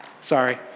Sorry